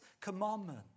commandment